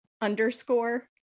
underscore